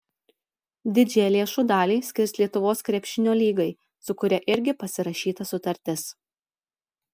didžiąją lėšų dalį skirs lietuvos krepšinio lygai su kuria irgi pasirašyta sutartis